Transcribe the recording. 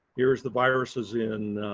here's the viruses in